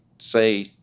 Say